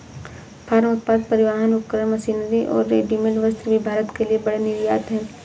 farm उत्पाद, परिवहन उपकरण, मशीनरी और रेडीमेड वस्त्र भी भारत के लिए बड़े निर्यात हैं